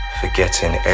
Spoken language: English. forgetting